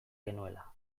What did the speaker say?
genuela